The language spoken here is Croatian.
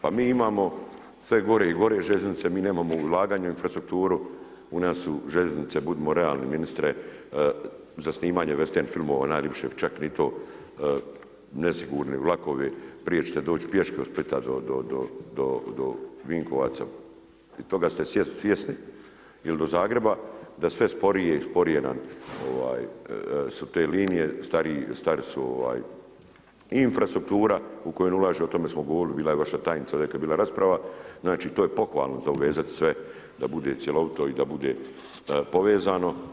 Pa mi imamo sve gore i gore željeznice, mi nemamo ulaganja u infrastrukturu, u nas su željeznice, budimo realni ministre za snimanje western filmova najlipše, čak ni to, nesigurni vlakovi, prije ćete doć pješke od Splita do Vinkovaca i toga ste svjesni il do Zagreba, da sve sporije i sporije su nam te linije, stare su i infrastruktura, u kojem ulaže, o tome smo govorili, bila je vaša tajnica kad je bila rasprava, to je pohvalno za uvezat sve da bude cjelovito i da bude povezano.